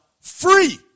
free